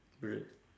bruh